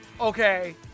Okay